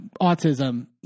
autism